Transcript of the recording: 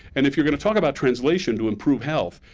and if you're going to talk about translation to improve health,